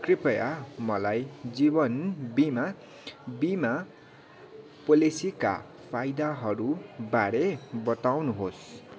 कृपया मलाई जीवन बिमा बिमा पोलेसीका फाइदाहरूबारे बताउनुहोस्